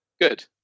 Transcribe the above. Good